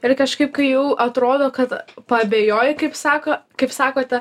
ir kažkaip kai jau atrodo kad paabejoji kaip sako kaip sakote